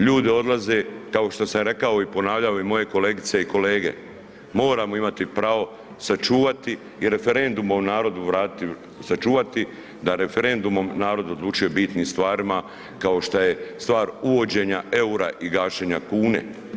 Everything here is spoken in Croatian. Ljudi odlaze kao što sam rekao i ponavljao i moje kolegice i kolege, moramo imati pravo sačuvati i referendumom narodu vratiti, sačuvati da referendumom odlučuje o bitnim stvarima kao što je stvar uvođenja eura i gašenja kune.